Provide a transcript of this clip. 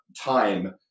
time